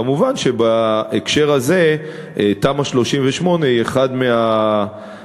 מובן שבהקשר הזה תמ"א 38 היא אחד הפתרונות.